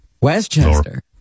Westchester